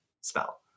spell